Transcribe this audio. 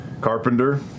carpenter